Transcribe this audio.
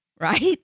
right